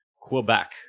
Quebec